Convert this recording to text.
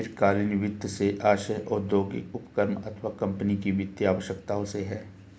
दीर्घकालीन वित्त से आशय औद्योगिक उपक्रम अथवा कम्पनी की वित्तीय आवश्यकताओं से है